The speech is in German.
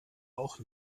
auch